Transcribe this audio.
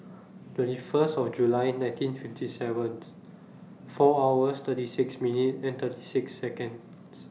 twenty First of July nineteen fifty seven four hours thirty six minute and thirty six Seconds